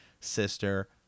sister